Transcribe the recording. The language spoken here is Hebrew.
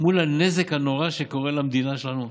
מול הנזק הנורא שקורה למדינה שלנו?